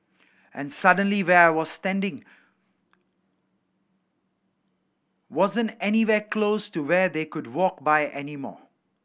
and suddenly where I was standing wasn't anywhere close to where they would walk by anymore